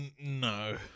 no